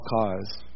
cause